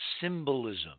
symbolism